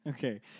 Okay